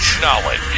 Knowledge